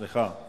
סליחה.